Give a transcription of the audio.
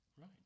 Right